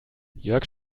jörg